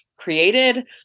created